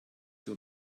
sie